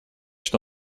что